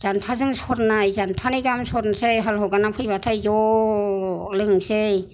जानथाजों सरनाय जानथा नै गाहाम स'रनोसै हाल हगारनानै फैबाथाय ज' लोंसै